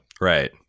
Right